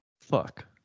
Fuck